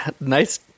nice